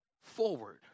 forward